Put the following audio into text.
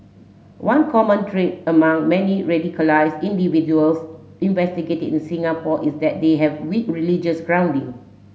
one common trait among many radicalised individuals investigated in Singapore is that they have weak religious grounding